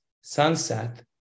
sunset